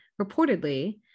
Reportedly